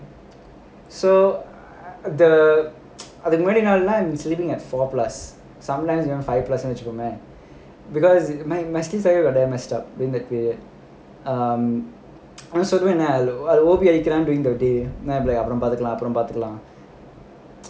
so the அதுக்கு முந்தின நாள்லாம்:adhukku munthina naal laam sleeping at four plus sometimes you know five plus வச்சுக்கோயேன்:vachukoyaen eligible because my sleep cycle got damn messed up um